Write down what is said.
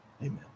Amen